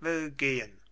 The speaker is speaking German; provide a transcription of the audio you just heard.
will gehen